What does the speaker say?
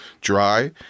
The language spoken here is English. dry